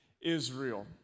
Israel